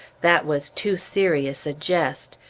that was too serious a jest.